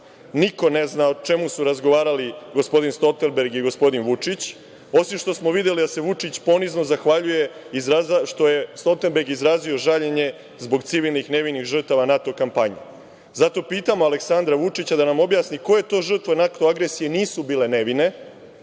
Niko ne zna o čemu su razgovarali gospodin Stolterberg i gospodin Vučić, osim što smo videli da se Vučić ponizno zahvaljuje što je Stolterberg izrazio žaljenje zbog civilnih nevinih žrtava NATO kampanje. Zato pitam Aleksandra Vučića da nam objasni – ko je to žrtve NATO agresije nisu bile nevine?